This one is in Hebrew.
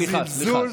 וזלזול,